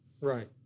Right